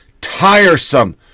tiresome